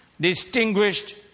distinguished